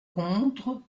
contres